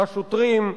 השוטרים,